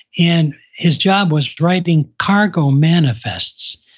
and his job was writing cargo manifests.